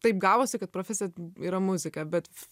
taip gavosi kad profesija yra muzika bet